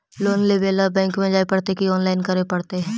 Loan लेवे ल bank में जाय पड़तै कि औनलाइन करे पड़तै?